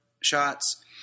shots